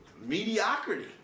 mediocrity